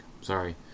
Sorry